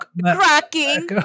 Cracking